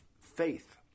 faith